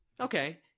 Okay